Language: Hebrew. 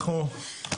אני